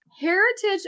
Heritage